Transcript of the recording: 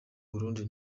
burundi